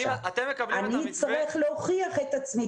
אני אצטרך להוכיח את עצמי.